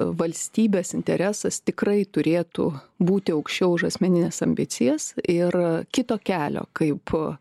valstybės interesas tikrai turėtų būti aukščiau už asmenines ambicijas ir kito kelio kaip